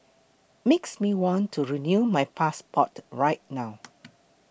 makes me want to renew my passport right now